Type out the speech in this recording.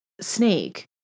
snake